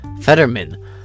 Fetterman